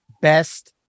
best